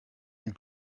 une